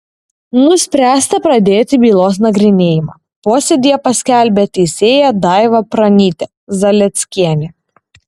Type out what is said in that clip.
nuspręsta pradėti bylos nagrinėjimą posėdyje paskelbė teisėja daiva pranytė zalieckienė